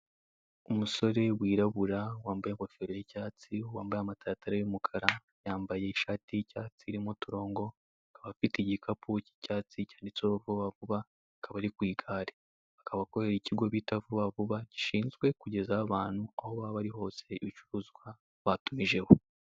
Umusore wirabura wambaye ingofero y'icyatsi, wambaye amataratara y'umukara, yambaye ishati y'icyatsi irimo uturongo, akaba afite igikapu cy'icyatsi cyanditseho vuba vuba, akaba ari ku igare. Akaba akorera ikigo cyitwa vuba vuba gishinzweho abanru, aho baba bari hose, ibicuruzwa batumijeho.